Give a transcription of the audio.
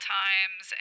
times